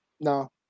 No